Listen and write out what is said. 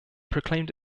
proclaimed